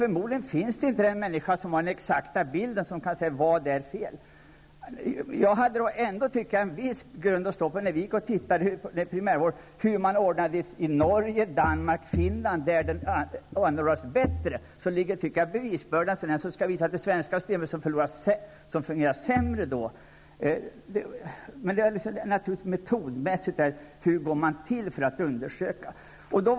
Förmodligen finns det inte någon människa som har den exakta bilden och kan säga vad som är fel. Jag tyckte ändå att jag fick en viss grund att stå på när vi studerade om primärvården i Norge, Danmark och Finland är bättre upplagd än här. Jag tycker att bevisbördan ligger på dem som vill visa att det svenska systemet skulle fungera sämre. Hur går man då fram metodmässigt för att undersöka detta?